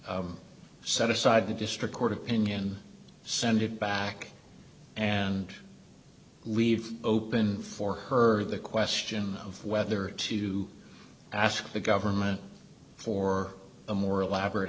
set aside the district court opinion send it back and leave open for her the question of whether to ask the government for a more elaborate